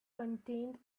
contained